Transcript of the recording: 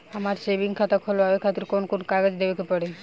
हमार सेविंग खाता खोलवावे खातिर कौन कौन कागज देवे के पड़ी?